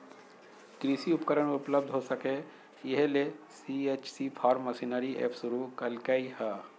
कृषि उपकरण उपलब्ध हो सके, इहे ले सी.एच.सी फार्म मशीनरी एप शुरू कैल्के हइ